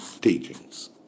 teachings